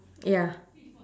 ya